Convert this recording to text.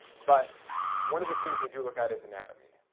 but one of the things they do look at is anatomy.